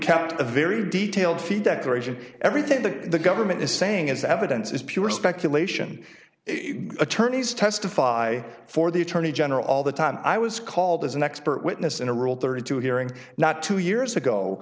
a very detailed fee declaration everything that the government is saying as evidence is pure speculation attorneys testify for the attorney general all the time i was called as an expert witness in a rule thirty two hearing not two years ago